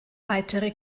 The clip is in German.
weitere